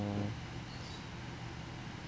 uh